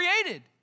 created